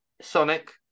Sonic